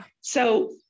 So-